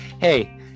hey